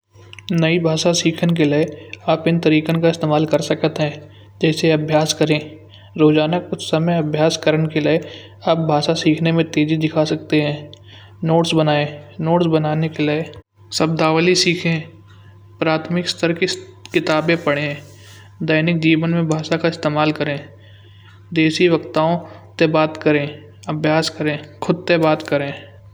नई भाषा शिक्षण के लिए आप इनके का इस्तेमाल कर सकता है। जैसे अभ्यास करें रोजाना कुछ समय अभ्यास करने के लिए अब भाषा सिखाने में तेजी दिखा सकते हैं। नोट्स बनाए नोट्स बनाने के लिए शब्दावली सीखें प्रथमिक स्तर की किताबें पढ़ें। दैनिक जीवन में भाषा का इस्तेमाल करें देसी वक्ताओं से बात करें अभ्यास करें खुद ते बात करें।